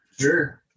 Sure